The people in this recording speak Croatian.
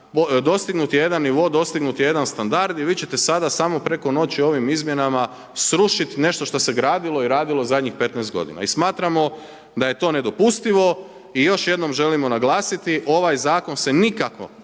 dostignut je jedan nivo, dostignut je jedan standard i vi ćete sada samo preko noći ovim izmjenama srušiti nešto što se gradilo i radilo zadnjih 15 godina. I smatramo da je to nedopustivo. I još jednom želimo naglasiti, ovaj zakon se nikako